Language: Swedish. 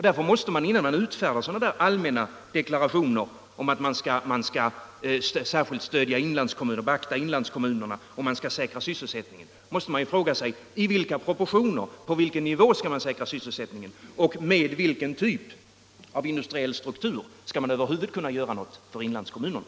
Därför måste man, innan man utfärdar sådana där allmänna deklarationer om att man särskilh skall beakta inlandskommunerna och säkra sysselsättningen, fråga sig i vilka proportioner och på vilken nivå man skall säkra sysselsättningen och med vilken typ av industriell struktur man över huvud taget skall kunna göra något för inlandskommunerna.